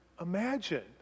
imagine